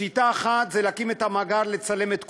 שיטה אחת היא להקים את המאגר, לצלם את כולם.